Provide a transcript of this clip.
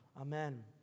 Amen